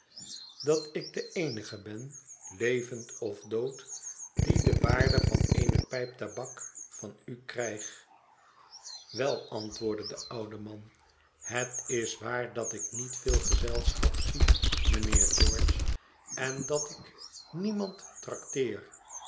dat ik de eenige ben levend of dood die de waarde van eene pijp tabak van u krijg wel antwoordt de oude man het is waar dat ik niet veel gezelschap zie mijnheer george en dat ik niemand trakteer